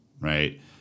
Right